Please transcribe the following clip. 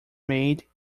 made